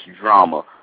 drama